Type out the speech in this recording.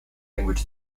language